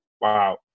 Wow